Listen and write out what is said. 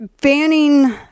banning